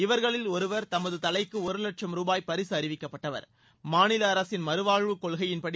இவர்களில் ஒருவர் தமது தலைக்கு ஒரு லட்சம் ரூபாய் பரிசு அறிவிக்கப்பட்டவர் மாநில அரசின் மறுவாழ்வு கொள்கையின்படி